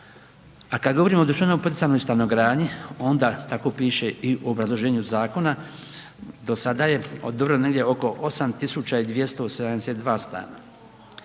A kad govorimo o društveno poticajnoj stanogradnji onda tako piše i u obrazloženju zakona do sada je odobreno negdje oko 8272 stana.